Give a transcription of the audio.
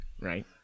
right